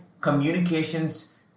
communications